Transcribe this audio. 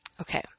Okay